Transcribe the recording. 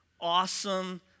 awesome